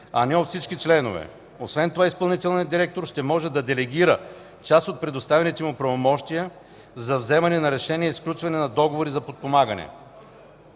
а не от всички членове. Освен това изпълнителният директор ще може да делегира част от предоставените му правомощия за вземане на решения и сключване на договори за подпомагане.